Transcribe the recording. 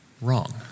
Wrong